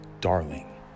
darling